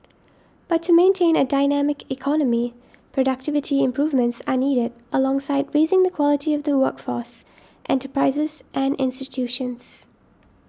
but to maintain a dynamic economy productivity improvements are needed alongside raising the quality of the workforce enterprises and institutions